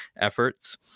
efforts